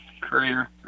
career